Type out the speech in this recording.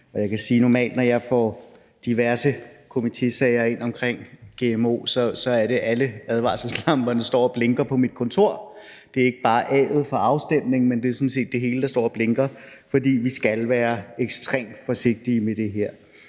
Jeg kan sige, at normalt, når jeg får diverse komitésager ind omkring gmo, står alle advarselslamper og blinker på mit kontor. Det er ikke bare A'et for afstemning; det er sådan set det hele, der står og blinker, for vi skal være ekstremt forsigtige med det her.